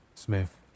Smith